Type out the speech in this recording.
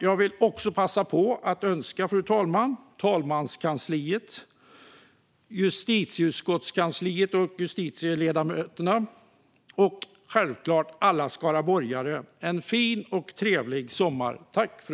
Jag vill också passa på att önska fru talmannen, talmanspresidiet, justitieutskottets kansli och ledamöter samt självklart alla skaraborgare en fin och trevlig sommar.